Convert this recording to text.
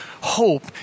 hope